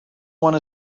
one